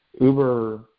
uber